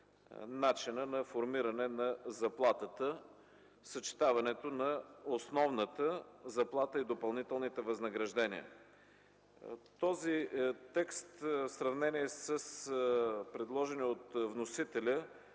на формиране на заплатата, съчетаването на основната заплата и допълнителните възнаграждения. Този текст, в сравнение с предложения от вносителя,